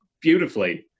beautifully